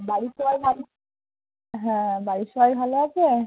বাড়ির সবাই ভালো হ্যাঁ বাড়ির সবাই ভালো আছে